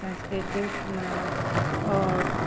संस्कृतिकमे आओर